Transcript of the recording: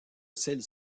celle